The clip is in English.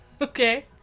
okay